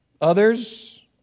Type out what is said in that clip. Others